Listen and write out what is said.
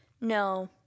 no